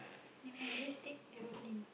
never mind just take aeroplane